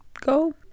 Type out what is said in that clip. go